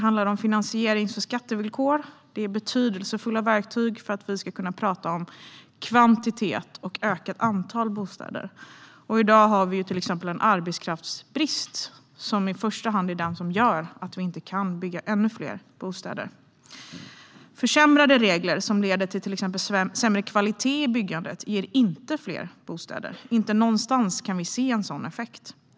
Finansieringsvillkor och skattevillkor är betydelsefulla verktyg när vi talar om kvantitet och ökat antal bostäder. I dag är det i första hand arbetskraftsbristen som gör att vi inte kan bygga ännu fler bostäder. Försämrade regler, som leder till exempelvis sämre kvalitet i byggandet, ger inte fler bostäder. Inte någonstans kan vi se en sådan effekt.